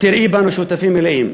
תראי בנו שותפים מלאים,